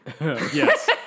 Yes